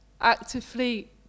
actively